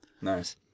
Nice